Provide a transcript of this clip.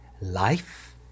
life